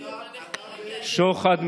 שוחד,